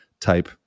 type